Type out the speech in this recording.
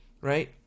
right